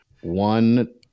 one